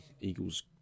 Eagles